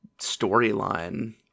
storyline